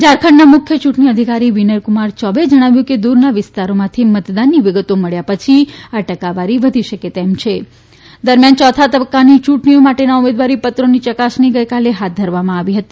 ઝારખંડના મુખ્યચૂંટણી અધિકારી વિનયકુમાર યોબે એ જણાવ્યું કે દૂરના વિસ્તારોમાંથી મતદાનની વિગતોમબ્યા પછી આ ટકાવારી વધી શકે એમ છે દરમિયાન યોથા તબક્કાની યૂંટણીઓ માટેના ઉમેદવારીપત્રોનીચકાસણી ગઇકાલે હાથ ધરવામાં આવી હતી